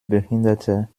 behinderter